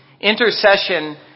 intercession